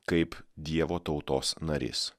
kaip dievo tautos narys